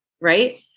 right